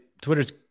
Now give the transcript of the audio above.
Twitter's